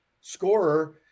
scorer